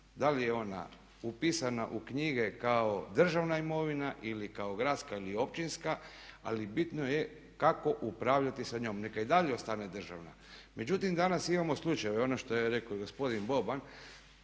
Da li je ona upisana u knjige kao državna imovina ili kao gradska ili općinska ali bitno je kako upravljati sa njom. Neka i dalje ostane državna. Međutim, danas imamo slučajeve, ono što je rekao i gospodin Boban